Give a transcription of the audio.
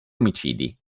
omicidi